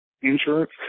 insurance